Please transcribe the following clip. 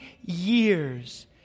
years